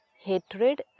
hatred